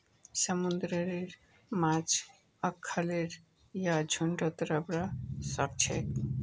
समुंदरेर माछ अखल्लै या झुंडत रहबा सखछेक